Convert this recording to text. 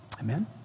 Amen